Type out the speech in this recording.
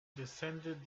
descended